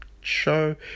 show